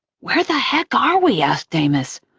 where the heck are we? asked amos.